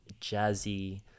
jazzy